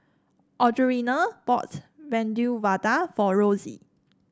Audrianna bought Medu Vada for Rosie